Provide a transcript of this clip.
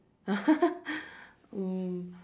um